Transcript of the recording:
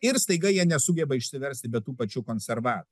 ir staiga jie nesugeba išsiversti be tų pačių konserva